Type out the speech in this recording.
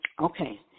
Okay